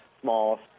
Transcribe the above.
small